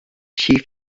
she